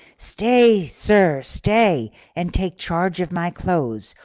stay, sir, stay, and take charge of my clothes,